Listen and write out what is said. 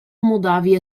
moldavia